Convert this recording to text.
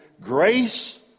Grace